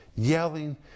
yelling